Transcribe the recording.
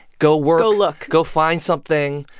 go work go look go find something.